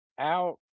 out